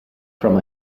from